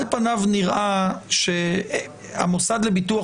על פניו נראה שלא צריך לתת למוסד לביטוח